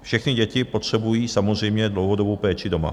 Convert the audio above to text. Všechny děti potřebují samozřejmě dlouhodobou péči doma.